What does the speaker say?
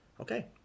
Okay